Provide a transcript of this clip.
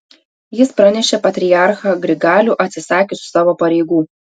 jis pranešė patriarchą grigalių atsisakius savo pareigų